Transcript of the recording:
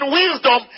wisdom